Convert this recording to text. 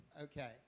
okay